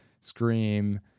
*Scream*